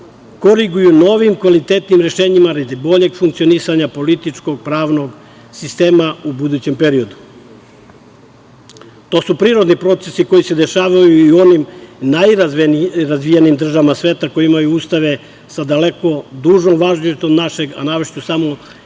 koriguju novim kvalitetnim rešenjima radi boljeg funkcionisanja političkog pravnog sistema u budućem periodu. To su prirodni procesi koji se dešavaju i u onim najrazvijenijim državama sveta koji imaju ustave sa daleko dužom važnošću našeg, a naročito samo neke